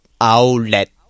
Outlet